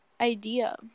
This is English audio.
idea